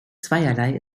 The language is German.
zweierlei